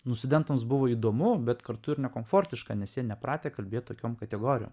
studentams buvo įdomu bet kartu ir nekomfortiška nes jie nepratę kalbėti tokiom kategorijom